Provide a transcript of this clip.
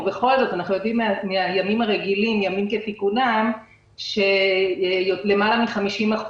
ובכל זאת אנחנו יודעים שבימים כתיקונם למעלה מ-50%